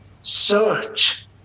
search